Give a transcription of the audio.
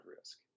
risk